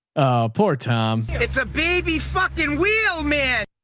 poor tom. it's a baby fucking wheel, man.